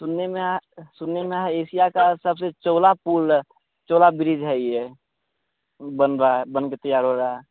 सुनने में आया सुनने में आया एशिया का सबसे चौड़ा पुल है चौड़ा बिरिज है यह बन रहा है बन कर तैयार हो रहा है